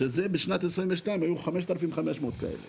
שזה בשנת 2022 היו 5,500 כאלה